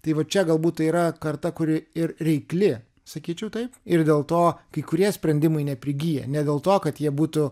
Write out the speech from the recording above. tai va čia galbūt tai yra karta kuri ir reikli sakyčiau taip ir dėl to kai kurie sprendimai neprigyja ne dėl to kad jie būtų